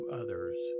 others